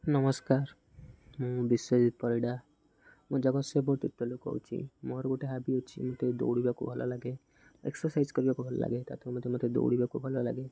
ନମସ୍କାର ମୁଁ ବିଶ୍ଵଜିତ ପରିଡ଼ା ମୁଁ ଜଗତସିଂପୁର ତିର୍ତୋଲ ରୁ କହୁଛଛି ମୋର ଗୋଟେ ହବି ଅଛି ମୋତେ ଦୌଡ଼ିବାକୁ ଭଲ ଲାଗେ ଏକ୍ସରସାଇଜ୍ କରିବାକୁ ଭଲ ଲାଗେ ତାଦେହରୁ ମଧ୍ୟ ମୋତେ ଦୌଡ଼ିବାକୁ ଭଲ ଲାଗେ